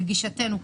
לגישתנו,